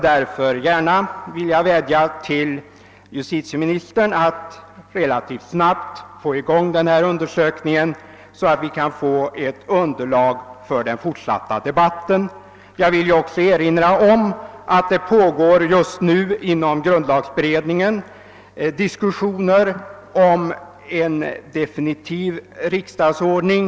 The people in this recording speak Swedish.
Jag vill därför vädja till justitieministern att relativt snabbt sätta i gång den av mig aktualiserade undersökningen, så att vi kan få ett underlag för den fortsatta debatten. Jag vill också erinra om att det just nu pågår diskussioner inom grundlagberedningen om en definitiv riksdagsordning.